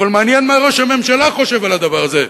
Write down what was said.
אבל מעניין מה ראש הממשלה חושב על הדבר הזה.